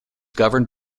governed